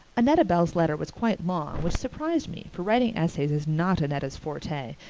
annetta bell's letter was quite long, which surprised me, for writing essays is not annetta's forte,